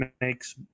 makes